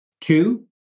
Two